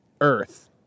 earth